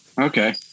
Okay